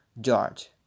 george